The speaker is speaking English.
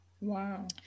Wow